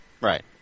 Right